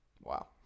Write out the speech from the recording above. Wow